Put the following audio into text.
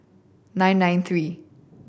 nine nine three